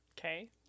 okay